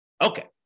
Okay